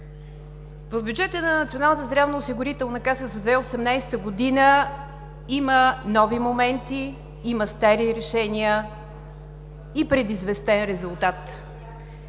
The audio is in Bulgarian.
В бюджета на Националната здравноосигурителна каса за 2018 г. има нови моменти, има стари решения и предизвестен резултат.